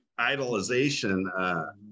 idolization